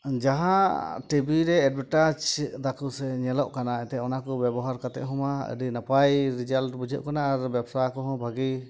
ᱡᱟᱦᱟᱸ ᱴᱤ ᱵᱷᱤᱼᱨᱮ ᱮᱰᱵᱷᱮᱴᱟᱡᱫᱟᱠᱚ ᱥᱮ ᱧᱮᱞᱚᱜ ᱠᱟᱱᱟ ᱥᱮ ᱮᱱᱛᱫ ᱚᱱᱟᱠᱚ ᱵᱮᱱᱚᱦᱟᱨ ᱠᱟᱛᱮᱫᱦᱚᱸ ᱢᱟ ᱟᱹᱰᱤ ᱱᱟᱯᱟᱭ ᱨᱮᱡᱟᱞᱴ ᱵᱩᱡᱷᱟᱹᱜ ᱠᱟᱱᱟ ᱟᱨ ᱵᱮᱵᱽᱥᱟ ᱠᱚᱦᱚᱸ ᱵᱷᱟᱹᱜᱤ